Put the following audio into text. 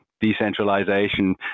decentralization